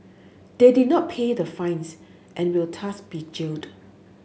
they did not pay the fines and will thus be jailed